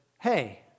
hey